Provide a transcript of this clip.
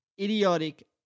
idiotic